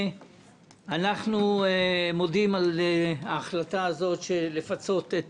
אנחנו מודים על ההחלטה הזאת לפצות את